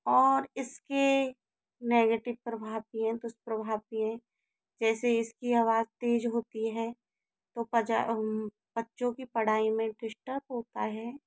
और इसके नेगेटिव प्रभाव भी हैं दुष्प्रभाव भी हैं जैसे इसकी आवाज़ तेज़ होती है तो बच्चों की पढ़ाई में डिस्टर्ब होता है